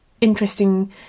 interesting